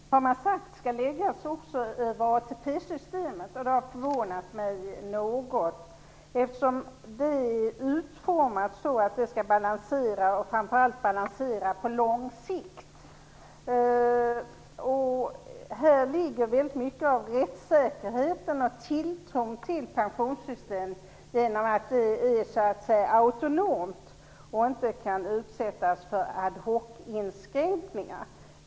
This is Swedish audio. Herr talman! Man har sagt att utgiftstaket skall läggas också för ATP-systemet. Det har förvånat mig något, eftersom det är utformat så att det skall balansera på lång sikt. Här ligger väldigt mycket av rättssäkerhet, tilltron till att pensionssystemet är autonomt och inte kan utsättas för ad hoc-inskränkningar.